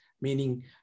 meaning